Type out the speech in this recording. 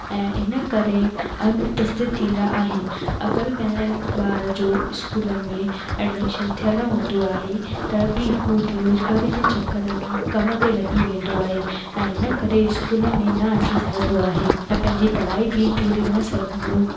ऐं हिन करे अनुपस्थित थींदा आहिनि अगरि कंहिं ॿार जो स्कूल में एडमिशन थियलु हूंदो आहे त बि उहो बेरोज़गारी जे चकर में कम ते लॻी वेंदो आहे ऐं हिन करे स्कूल में न अची सघंदो आहे ऐं पंहिंजी पढ़ाई बि पूरी न सघंदो